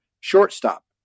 Shortstop